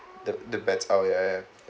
the the beds oh ya ya